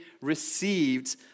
received